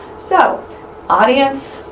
so audience,